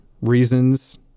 reasons